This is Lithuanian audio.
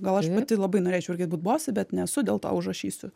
gal aš pati labai norėčiau irgi būt bosė bet nesu dėl to užrašysiu